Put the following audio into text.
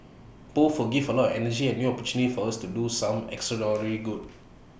both will give A lot of energy and new opportunity for us to do some extraordinary good